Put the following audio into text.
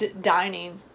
dining